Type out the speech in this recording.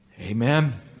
Amen